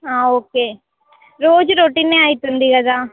okay రోజూ రోటీనే అయితుంది కదా